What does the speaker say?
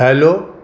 hello